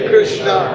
Krishna